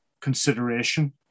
consideration